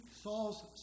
Saul's